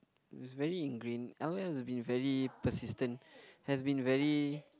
is very in grain l_o_l has been very persistent has been very